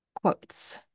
quotes